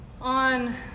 On